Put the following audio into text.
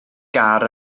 gar